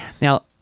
Now